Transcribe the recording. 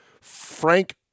Frank